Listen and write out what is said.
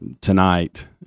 tonight